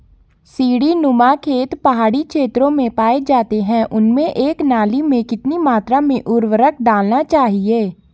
सीड़ी नुमा खेत पहाड़ी क्षेत्रों में पाए जाते हैं उनमें एक नाली में कितनी मात्रा में उर्वरक डालना चाहिए?